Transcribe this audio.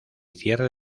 cierre